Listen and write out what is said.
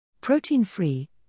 Protein-free